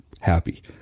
happy